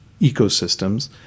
ecosystems